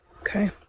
Okay